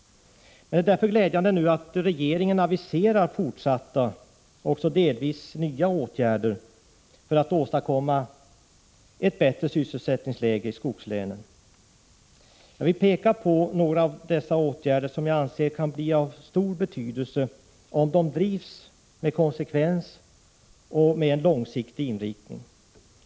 Det är därför glädjande att regeringen nu aviserar fortsatta och delvis nya åtgärder för att åstadkomma ett bättre sysselsättningsläge i skogslänen. Jag vill peka på några av dessa åtgärder som jag anser kan bli av stor betydelse om de drivs med konsekvens och med en långsiktig inriktning.